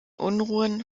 unruhen